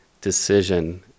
decision